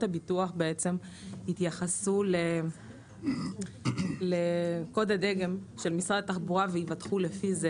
הביטוח יתייחסו לקוד הדגם של משרד התחבורה ויבטחו לפי זה,